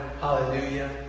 Hallelujah